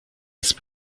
jest